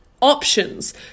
options